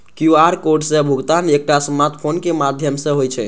QR code सं भुगतान एकटा स्मार्टफोन के माध्यम सं होइ छै